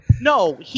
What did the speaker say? No